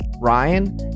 Ryan